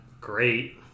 great